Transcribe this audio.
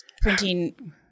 printing